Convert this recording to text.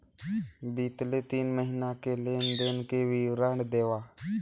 बितले तीन महीना के लेन देन के विवरण देवा?